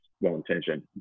well-intentioned